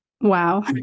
Wow